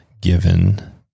given